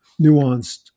nuanced